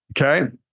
Okay